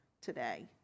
today